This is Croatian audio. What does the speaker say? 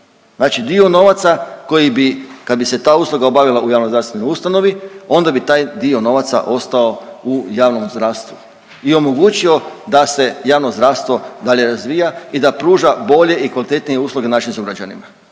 znači dio novaca kad bi se ta usluga obavila u javnozdravstvenoj ustanovi onda bi taj dio novaca ostao u javnom zdravstvu i omogućio da se javno zdravstvo dalje razvija i da pruža bolje i kvalitetnije usluge našim sugrađanima.